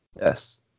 Yes